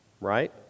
right